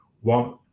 One